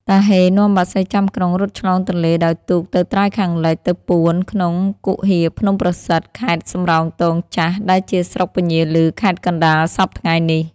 តាហ៊េនាំបក្សីចាំក្រុងរត់ឆ្លងទនេ្លដោយទូកទៅត្រើយខាងលិច ទៅពួន ក្នុងគុហាភ្នំប្រសិទ្ធិខេត្តសំរោងទងចាស់ ដែលជាស្រុកពញាឭ ខេត្តកណ្តាល សព្វថៃ្ងនេះ។